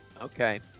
Okay